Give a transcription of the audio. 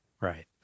right